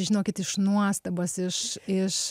žinokit iš nuostabos iš iš